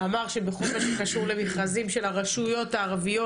אמר שבכל מה שקשור למכרזים של הרשויות הערביות